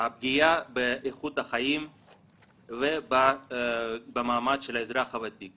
הפגיעה באיכות החיים ובמעמד של האזרח הוותיק.